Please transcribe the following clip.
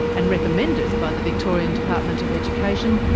and recommended by the victorian department of education,